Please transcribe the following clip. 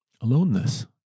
aloneness